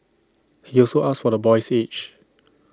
he also asked for the boy's age